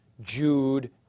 Jude